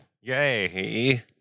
Yay